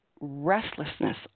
restlessness